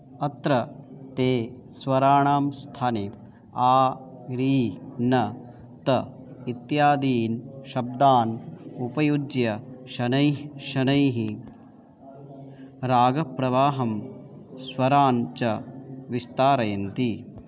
अत्र ते स्वराणां स्थाने आ री न ते इत्यादीन् शब्दान् उपयुज्य शनैः शनैः रागप्रवाहं स्वरान् च विस्तारयन्ति